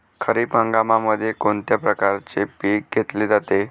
खरीप हंगामामध्ये कोणत्या प्रकारचे पीक घेतले जाते?